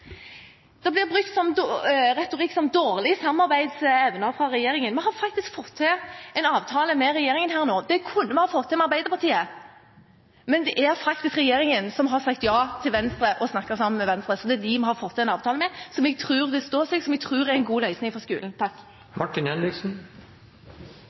Det blir brukt som retorikk dårlig samarbeidsevne fra regjeringen. Vi har faktisk fått til en avtale med regjeringen nå. Det kunne vi ha fått til med Arbeiderpartiet, men det er faktisk regjeringen som har sagt ja til Venstre og snakket sammen med Venstre, så det er dem vi har fått en avtale med, som jeg tror vil stå seg, og som jeg tror er en god løsning for skolen.